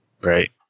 Right